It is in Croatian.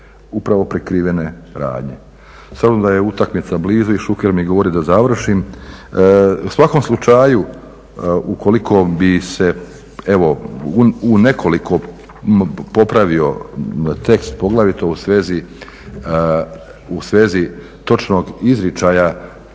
upravo prikrivene radnje. S obzirom da je utakmica blizu i Šuker mi govori da završim, u svakom slučaju ukoliko bi se u nekoliko popravio tekst poglavito u svezi točnog izričaja